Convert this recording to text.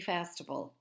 Festival